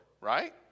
right